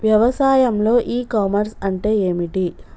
వ్యవసాయంలో e commerce అంటే ఏమిటి?